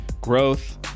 growth